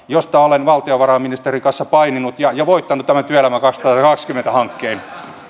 joista olen valtiovarainministerin kanssa paininut ja voittanut tämän työelämä kaksituhattakaksikymmentä hankkeen